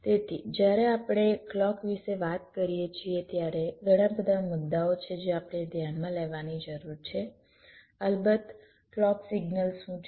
તેથી જ્યારે આપણે ક્લૉક વિશે વાત કરીએ છીએ ત્યારે ઘણા બધા મુદ્દાઓ છે જે આપણે ધ્યાનમાં લેવાની જરૂર છે અલબત્ત ક્લૉક સિગ્નલ શું છે